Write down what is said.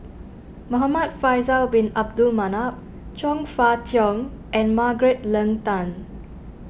Muhamad Faisal Bin Abdul Manap Chong Fah Cheong and Margaret Leng Tan